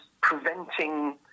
preventing